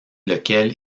lequel